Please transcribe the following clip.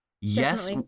Yes